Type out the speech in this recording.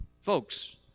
Folks